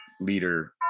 leader